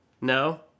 No